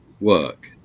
work